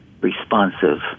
responsive